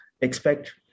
expect